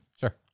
Sure